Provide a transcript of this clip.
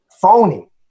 phony